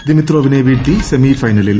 ദിമിത്രോവിനെ വീഴ്ത്തി സെമി ഫൈനിൽ